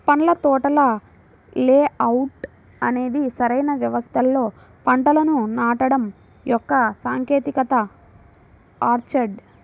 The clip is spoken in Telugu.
పండ్ల తోటల లేఅవుట్ అనేది సరైన వ్యవస్థలో పంటలను నాటడం యొక్క సాంకేతికత ఆర్చర్డ్